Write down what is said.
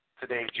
today